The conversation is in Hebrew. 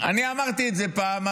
אני אמרתי את זה פעם.